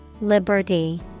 Liberty